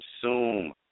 consume